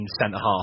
centre-half